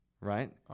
right